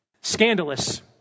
Scandalous